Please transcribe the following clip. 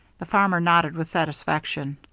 the farmer nodded with satisfaction.